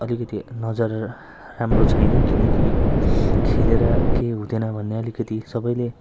अलिकति नजर राम्रो छैन किनकि खेलेर केही हुँदैन भन्ने अलिकति सबैले